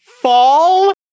Fall